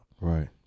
Right